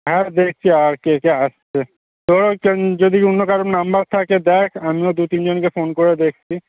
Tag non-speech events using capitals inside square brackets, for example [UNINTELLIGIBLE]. হ্যাঁ দেখছি আর কে কে আসছে তোর [UNINTELLIGIBLE] যদি অন্য কারোর নম্বর থাকে দ্যাখ আমিও দু তিন জনকে ফোন করে দেখছি